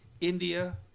India